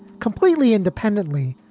completely independently.